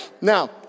Now